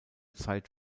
zeit